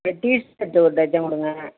t shirt ஓரு dozen கொடுங்க